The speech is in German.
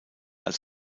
als